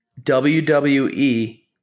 WWE